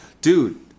Dude